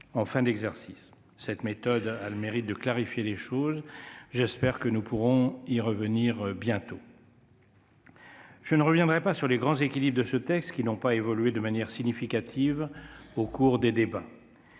en fin d'exercice. Cette méthode a le mérite de clarifier les choses, j'espère que nous pourrons bientôt l'appliquer de nouveau. Je ne reviendrai pas sur les grands équilibres de ce texte, qui n'ont pas évolué de manière significative au cours des débats.